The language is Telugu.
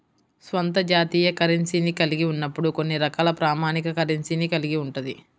స్వంత జాతీయ కరెన్సీని కలిగి ఉన్నప్పుడు కొన్ని రకాల ప్రామాణిక కరెన్సీని కలిగి ఉంటది